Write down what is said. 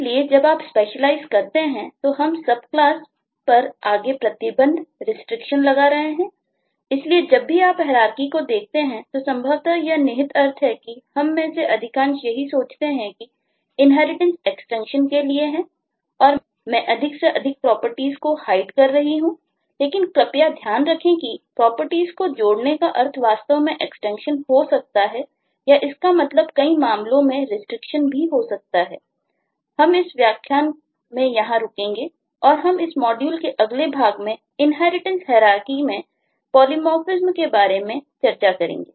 इसलिए जब आप स्पेशलाइज के बारे में चर्चा करेंगे